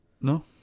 No